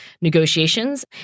negotiations